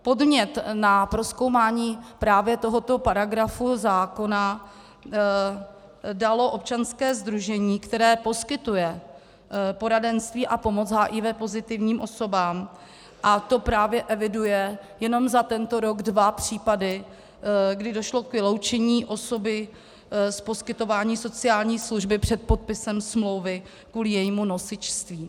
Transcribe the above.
Podnět na prozkoumání právě tohoto paragrafu zákona dalo občanské sdružení, které poskytuje poradenství a pomoc HIV pozitivním osobám, a to právě eviduje jenom za tento rok dva případy, kdy došlo k vyloučení osoby z poskytování sociální služby před podpisem smlouvy kvůli jejímu nosičství.